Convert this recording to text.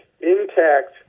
intact